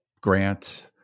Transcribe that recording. grant